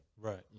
Right